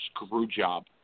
screwjob